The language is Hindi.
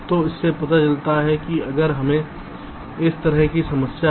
तो इससे पता चलता है कि अगर हमें इस तरह की समस्या है